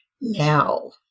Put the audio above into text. Now